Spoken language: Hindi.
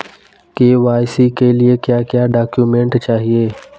के.वाई.सी के लिए क्या क्या डॉक्यूमेंट चाहिए?